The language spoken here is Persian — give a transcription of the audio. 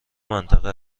منطقه